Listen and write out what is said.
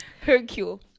Hercule